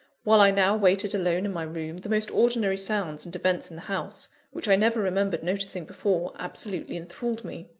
while i now waited alone in my room, the most ordinary sounds and events in the house, which i never remembered noticing before, absolutely enthralled me.